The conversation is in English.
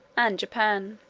and japan.